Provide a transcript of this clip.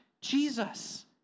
Jesus